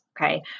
okay